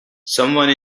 someone